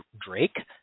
Drake